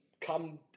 come